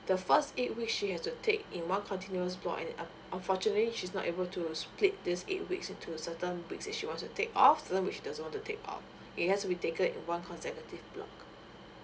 the first eight weeks she has to take in one continuous block and un~ unfortunately she's not able to split these eight weeks into certain weeks that she wants to take off certain weeks she doesn't want to take off it has to be taken in one consecutive block